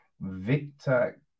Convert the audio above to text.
Victor